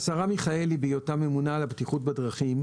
השרה מיכאלי, בהיותה ממונה על הבטיחות בדרכים,